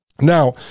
Now